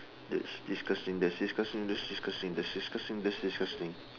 that's disgusting that's disgusting that's disgusting that's disgusting that's disgusting